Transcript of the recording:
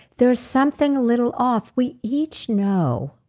there's something a little off we each know,